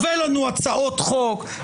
הבא לנו הצעות חוק,